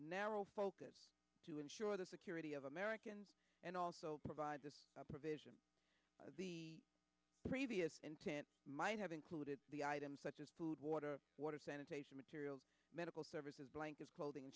narrow focus to ensure the security of americans and also provide the provision of the previous might have included the items such as food water water sanitation materials medical services blankets clothing